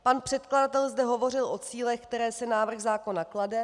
Pan předkladatel zde hovořil o cílech, které si návrh zákona klade.